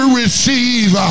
receive